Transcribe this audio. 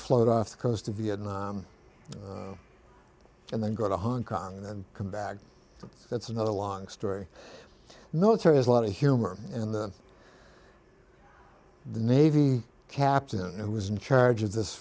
float off the coast of vietnam and then go to hong kong and then come back that's another long story military has a lot of humor in the navy captain who was in charge of this